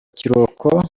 kiruhuko